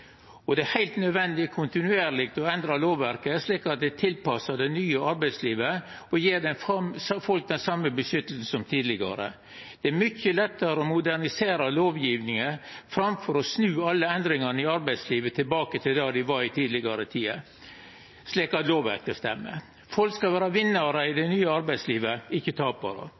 gong. Det er heilt nødvendig kontinuerleg å endra lovverket, slik at det er tilpassa det nye arbeidslivet og gjev folk det same vernet som tidlegare. Det er mykje lettare å modernisera lovgjevinga enn å snu alle endringane i arbeidslivet tilbake til slik det var i tidlegare tider, slik at lovverket stemmer. Folk skal vera vinnarar i det nye arbeidslivet, ikkje